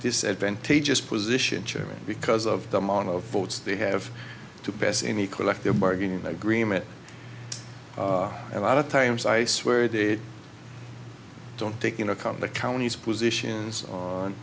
disadvantages position chairman because of the amount of votes they have to pass any collective bargaining agreement a lot of times i swear they don't take into account the county's positions on